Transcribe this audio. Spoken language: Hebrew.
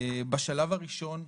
בשלב הראשון,